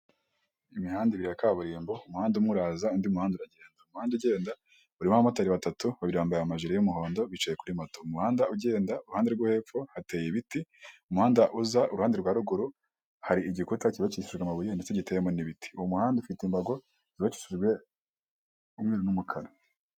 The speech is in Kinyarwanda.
Imihanda ibiri y'akaburimbo umuhanda uraza undi uragenda, umuhanda ugenda urimo abamotari batatu babirambaye amajiri y'umuhondo bicaye kuri moto umuhanda ugenda iruhande rwo hepfo hateye ibiti umuhanda uza iruhande rwa ruguru hari igikuta kiba kishyura amabuye ndetse giteyeho ibiti, umuhanda ufite imbago zubakishijwe umweru n'umukara.